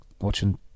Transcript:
watching